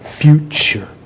future